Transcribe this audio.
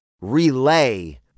relay